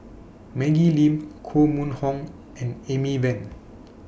Maggie Lim Koh Mun Hong and Amy Van